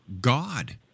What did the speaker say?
God